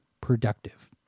productive